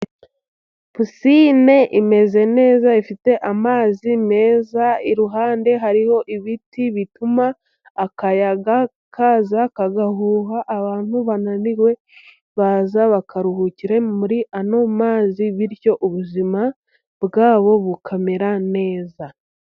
Pisine imeze neza ifite amazi meza, iruhande hariho ibiti bituma akayaga kaza kagahuha, abantu bananiwe baza bakaruhukira muri ano mazi, bityo ubuzima bwabo bukamera neza.